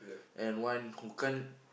and one who can't